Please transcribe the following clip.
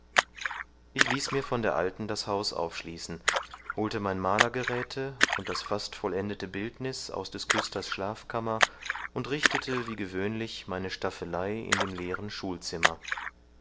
ich ließ mir von der alten das haus aufschließen holte mein malergeräthe und das fast vollendete bildniß aus des küsters schlafkammer und richtete wie gewöhnlich meine staffelei in dem leeren